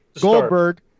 Goldberg